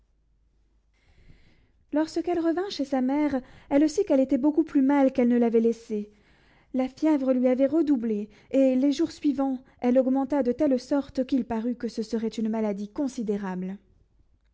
lorsqu'elle revint chez sa mère elle sut qu'elle était beaucoup plus mal qu'elle ne l'avait laissée la fièvre lui avait redoublé et les jours suivants elle augmenta de telle sorte qu'il parut que ce serait une maladie considérable